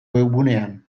webgunean